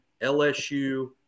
LSU